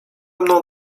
mną